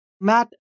Matt